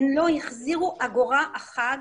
אבל הן לא החזירו אגורה אחת